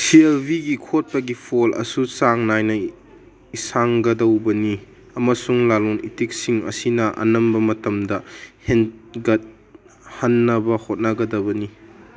ꯁꯤ ꯑꯦꯜ ꯚꯤꯒꯤ ꯈꯣꯠꯄꯒꯤ ꯐꯣꯜ ꯑꯁꯨ ꯆꯥꯡ ꯅꯥꯏꯅ ꯏꯁꯟꯒꯗꯧꯕꯅꯤ ꯑꯃꯁꯨꯡ ꯂꯂꯣꯟ ꯏꯇꯤꯛꯁꯤꯡ ꯑꯁꯤꯅ ꯑꯅꯝꯕ ꯃꯇꯝꯗ ꯍꯦꯟꯒꯠꯍꯟꯅꯕ ꯍꯣꯠꯅꯒꯗꯕꯅꯤ